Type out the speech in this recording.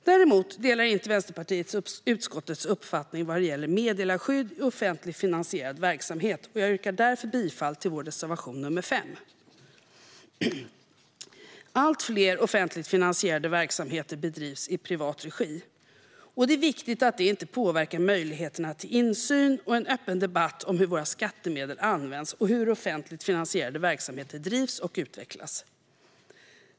Däremot delar Vänsterpartiet inte utskottets uppfattning vad gäller meddelarskydd i offentligt finansierad verksamhet. Jag yrkar därför bifall till vår reservation nr 5. Allt fler offentligt finansierade verksamheter bedrivs i privat regi. Det är viktigt att det inte påverkar möjligheterna till insyn och en öppen debatt om hur våra skattemedel används och hur offentligt finansierade verksamheter drivs och utvecklas.